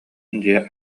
дьиэ